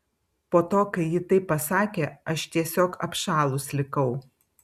po to kai ji taip pasakė aš tiesiog apšalus likau